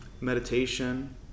meditation